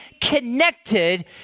connected